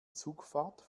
zugfahrt